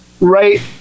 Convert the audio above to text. right